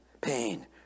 pain